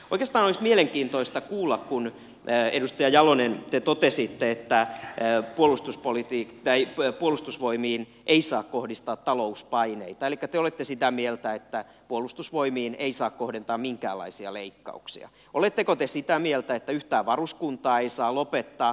oikeastaan olisi mielenkiintoista kuulla kun edustaja jalonen te totesitte että puolustusvoimiin ei saa kohdistaa talouspaineita elikkä te olette sitä mieltä että puolustusvoimiin ei saa kohdentaa minkäänlaisia leikkauksia oletteko te sitä mieltä että yhtään varuskuntaa ei saa lopettaa